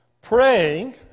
Praying